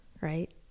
Right